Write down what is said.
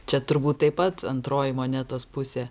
čia turbūt taip pat antroji monetos pusė